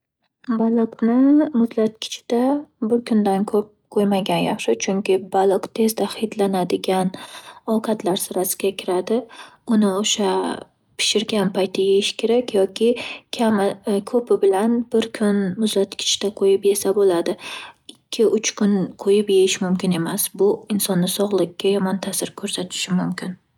Baliqni muzlatgichda bir kundan ko'p qo'ymagan yaxshi. Chunki, baliq tezda hidlanadigan ovqatlar sirasiga kiradi. Uni o'sha pishirgan payti yeyish kerak yoki kami-ko'pi bilan bir kun muzlatgichda qo'yib yesa bo'ladi. Ikki-uch kun qo'yib yeyish mumkin emas, bu insonni sog'ligiga yomon ta'sir ko'rsatishi mumkin.